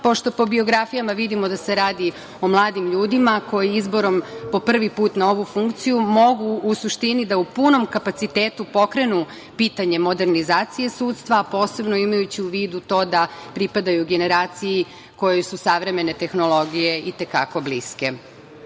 pošto po biografijama vidimo da se radi o mladim ljudima koji, izborom po prvi put na ovu funkciju, mogu, u suštini, da u punom kapacitetu pokrenu pitanje modernizacije sudstva, posebno imajući u vidu to da pripadaju generaciji kojoj su savremene tehnologije i te kako bliske. Dalje,